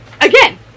Again